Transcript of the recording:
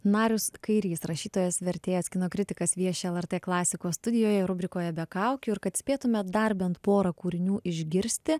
narius kairys rašytojas vertėjas kino kritikas vieši lrt klasikos studijoje rubrikoje be kaukių ir kad spėtume dar bent porą kūrinių išgirsti